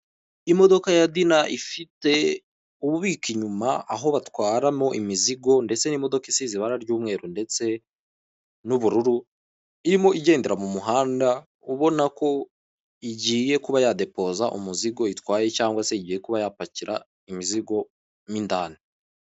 Imodoka ya dina ifite ububiko inyuma aho batwaramo imizigo ndetse n'imodoka isize ibara ry'umweru ndetse n'ubururu, irimo igendera mu muhanda ubona ko igiye kuba yadepoza umuzigo itwaye cyangwa se igiye kuba yapakira imizigo mo indani.